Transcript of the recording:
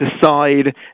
decide